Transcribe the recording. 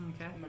okay